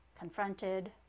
confronted